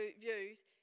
views